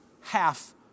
half